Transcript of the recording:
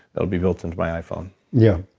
it'll be built into my iphone yeah.